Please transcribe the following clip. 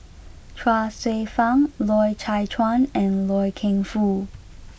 Chuang Hsueh Fang Loy Chye Chuan and Loy Keng Foo